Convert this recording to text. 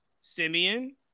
Simeon